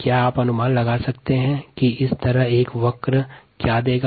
क्या आप अनुमान लगा सकते हैं कि यह किस तरह का कर्व देगा